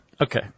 Okay